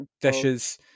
dishes